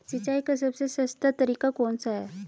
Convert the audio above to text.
सिंचाई का सबसे सस्ता तरीका कौन सा है?